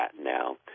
now